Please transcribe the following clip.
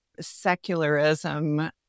secularism